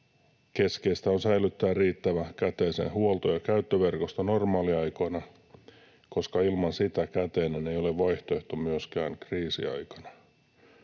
keskeistä on säilyttää riittävä käteisen huolto- ja käyttöverkosto normaaliaikoina, koska ilman sitä käteinen ei ole vaihtoehto myöskään kriisiaikana.